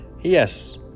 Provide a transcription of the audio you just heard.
Yes